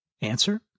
Answer